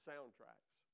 Soundtracks